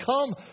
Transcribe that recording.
come